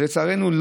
ולצערנו,